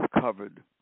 covered